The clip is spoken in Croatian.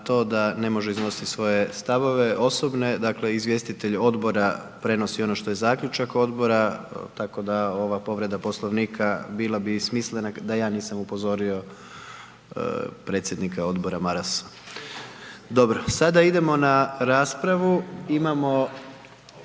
to da ne može iznositi svoje stavove osobne, dakle izvjestitelj odbora prenosi ono što je zaključak odbora, tako da ova povreda Poslovnika bila bi smislena da ja nisam upozorio predsjednika odbora Marasa. Dobro, sada idemo na raspravu.